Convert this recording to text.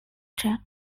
tract